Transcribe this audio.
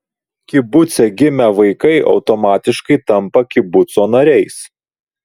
kibuce gimę vaikai automatiškai tampa kibuco nariais